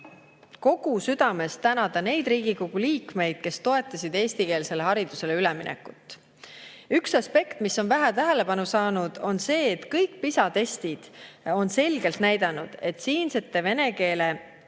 kogu südamest tänada neid Riigikogu liikmeid, kes toetasid eestikeelsele haridusele üleminekut. Üks aspekt, mis on vähe tähelepanu saanud, on see, et kõik PISA testid on selgelt näidanud, et siinsete vene